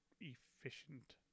efficient